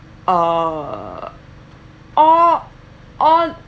uh all all